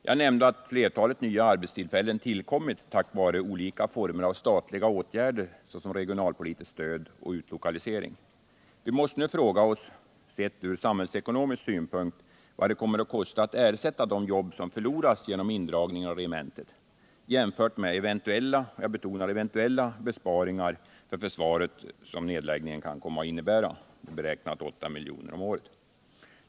Jag nämnde att flertalet nya arbetstillfällen tillkommit tack vare olika former av statliga åtgärder såsom regionalpolitiskt stöd och utlokalisering. Vi måste nu fråga oss, sett från samhällsekonomisk synpunkt, vad det kommer att kosta att ersätta de jobb som förloras genom indragning av regementet, jämfört med de eventuella — jag betonar eventuella — besparingar för försvaret som nedläggning kan komma att innebära och som beräknas till 8 milj.kr. om året.